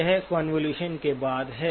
यह कोंवोलुशन के बाद है